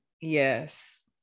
Yes